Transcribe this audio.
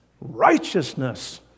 Righteousness